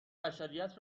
بشریت